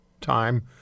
time